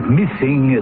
missing